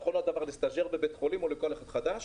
נכון הדבר לסטאז'ר בבית חולים או לכל אחד חדש.